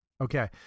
Okay